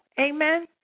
Amen